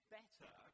better